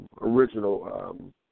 original